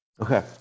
Okay